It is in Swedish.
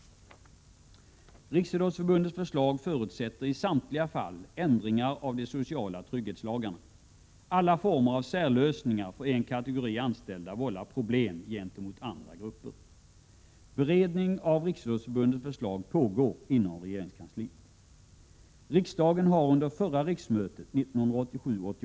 RF:s förslag förutsätter i samtliga fall ändringar av de sociala trygghetslagarna. Alla former av särlösningar för en kategori anställda vållar problem gentemot andra grupper. Beredning av RF:s förslag pågår inom regeringskansliet. Riksdagen har under förra riksmötet avslagit motionskrav i frågan. Prot.